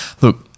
look